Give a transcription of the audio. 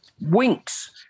Winks